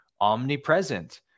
omnipresent